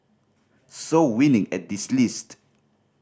so winning at this list